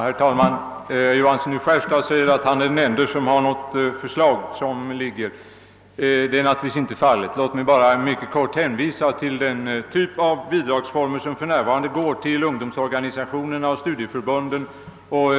Herr talman! Herr Johansson i Skärstad säger att han är den ende som har något förslag. Så är naturligtvis inte fallet. Låt mig bara mycket kort hänvisa till den typ av bidrag, som för närvarande utgår till ungdomsorganisationerna och studieförbunden och